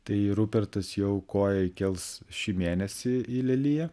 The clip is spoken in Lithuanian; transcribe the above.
tai rupertas jau koją įkels šį mėnesį į leliją